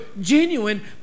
genuine